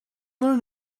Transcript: learn